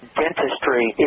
dentistry